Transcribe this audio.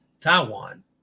Taiwan